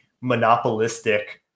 monopolistic